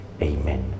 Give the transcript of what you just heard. Amen